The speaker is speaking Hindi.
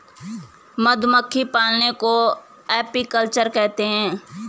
मधुमक्खी पालन को एपीकल्चर कहते है